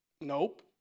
Nope